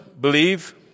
believe